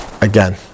again